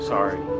Sorry